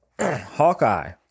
Hawkeye